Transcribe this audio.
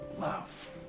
love